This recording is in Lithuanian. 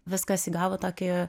viskas įgavo tokį